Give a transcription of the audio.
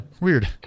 Weird